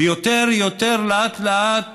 ולאט-לאט